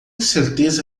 certeza